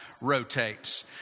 rotates